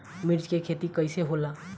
मिर्च के खेती कईसे होला?